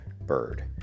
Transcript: bird